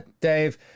Dave